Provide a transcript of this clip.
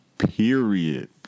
Period